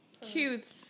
Cute